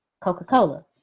Coca-Cola